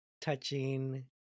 touching